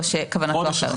או שכוונת אדוני היא אחרת?